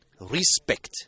Respect